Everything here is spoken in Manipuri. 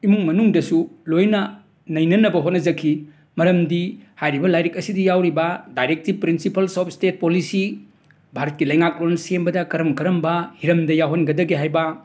ꯏꯃꯨꯡ ꯃꯅꯨꯡꯗꯁꯨ ꯂꯣꯏꯅ ꯅꯩꯅꯅꯕ ꯍꯣꯠꯅꯖꯈꯤ ꯃꯔꯝꯗꯤ ꯍꯥꯏꯔꯤꯕ ꯂꯥꯏꯔꯤꯛ ꯑꯁꯤꯗ ꯌꯥꯎꯔꯤꯕ directive principles of state policy ꯚꯥꯔꯠꯀꯤ ꯂꯩꯉꯥꯛꯂꯣꯟ ꯁꯦꯝꯕꯗ ꯀꯔꯝ ꯀꯔꯝꯕ ꯍꯤꯔꯝꯗ ꯌꯥꯎꯍꯟꯒꯗꯒꯦ ꯍꯥꯏꯕ